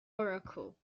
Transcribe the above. oracle